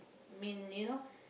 I mean you know